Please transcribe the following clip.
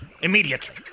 Immediately